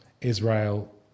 Israel